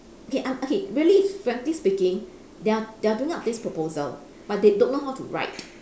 okay I'm okay really frankly speaking they are they are doing up this proposal but they don't know how to write